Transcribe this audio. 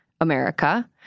america